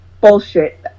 bullshit